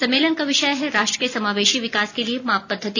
सम्मेलन का विषय है राष्ट्र के समावेशी विकास के लिए माप पद्धति